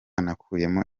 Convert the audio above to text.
nakuyemo